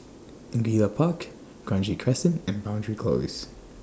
Angullia Park Kranji Crescent and Boundary Close